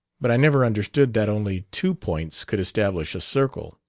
but i never understood that only two points could establish a circle.